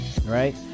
right